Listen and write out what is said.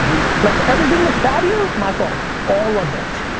like everything that's bad here my fault, all of it.